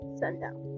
sundown